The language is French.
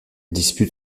dispute